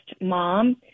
mom